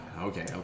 Okay